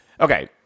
okay